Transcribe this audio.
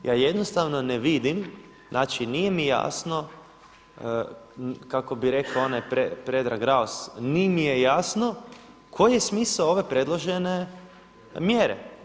Ja jednostavno ne vidim, znači nije mi jasno kako bi rekao onaj Predrag Raos: „Ni mi je jasno“ koji je smisao ove predložene mjere.